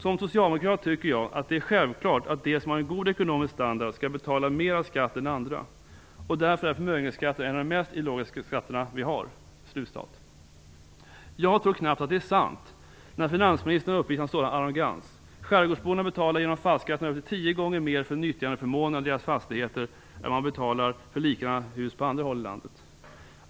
Som socialdemokrat tycker jag att det är självklart att de som har en god ekonomisk standard skall betala mer skatt än andra, och därför är förmögenhetsskatten en av de mest ideologiska skatterna vi har." Jag tror knappt att det är sant att finansministern uppvisar en sådan arrogans. Skärgårdsborna betalar genom fastighetsskatten upp till tio gånger mer för nyttjandeförmånen av sina fastigheter än vad man betalar för likadana hus på andra håll i landet.